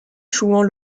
chouans